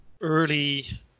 early